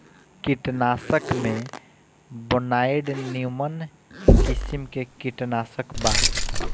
कीटनाशक में बोनाइड निमन किसिम के कीटनाशक बा